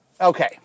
Okay